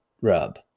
Rub